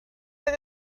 oedd